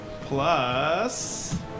plus